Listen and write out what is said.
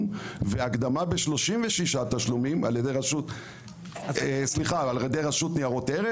והקדמה ב-36 תשלומים על ידי רשות ניירות ערך?